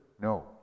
No